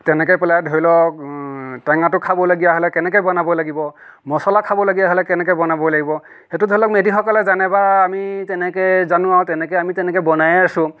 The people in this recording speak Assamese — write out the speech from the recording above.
তেনেকৈয়ে পেলাই ধৰি লওক টেঙাটো খাবলগীয়া হ'লে কেনেকৈ বনাব লাগিব মচলা খাবলগীয়া হ'লে কেনেকৈ বনাব লাগিব সেইটো ধৰি লওক মেধিসকলে জানে বা আমি তেনেকৈ জানো আৰু তেনেকৈ আমি তেনেকৈ বনায়ে আছো